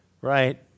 right